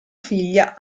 figlia